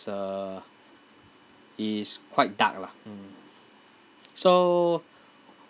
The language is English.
uh is quite dark lah mm so